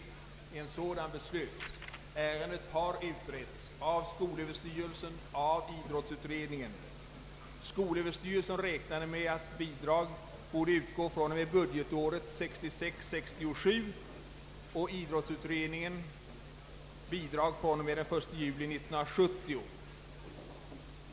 En sådan beslöts också. Ärendet har utretts av skolöverstyrelsen och av idrottsutredningen. Skolöverstyrelsen räknade med att bidrag borde utgå fr.o.m. budgetåret 1966/67, och idrottsutredningen föreslog detsamma fr.o.m. 1 juli 1970.